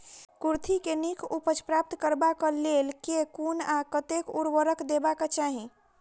कुर्थी केँ नीक उपज प्राप्त करबाक लेल केँ कुन आ कतेक उर्वरक देबाक चाहि?